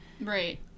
Right